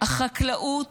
--- החקלאות